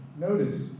notice